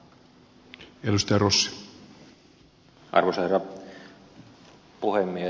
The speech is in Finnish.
arvoisa herra puhemies